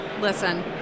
Listen